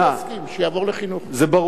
זה ברור.